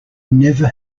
never